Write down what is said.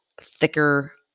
thicker